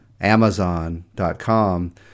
Amazon.com